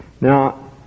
Now